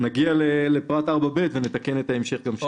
כאשר נגיע לפרט 4ב נתקן את ההמשך גם שם.